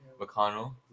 McConnell